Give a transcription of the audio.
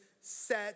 set